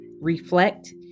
reflect